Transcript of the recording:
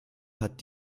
hat